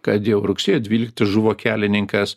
kad jau rugsėjo dvyliktą žuvo kelininkas